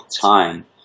time